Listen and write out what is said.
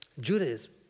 Judaism